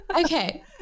Okay